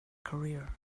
career